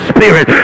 Spirit